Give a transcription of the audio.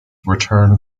returned